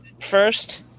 first